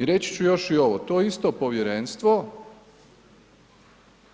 I reći ću još i ovo, to isto povjerenstvo